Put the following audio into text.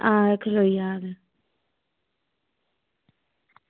हां खलोई जाह्ग